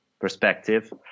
perspective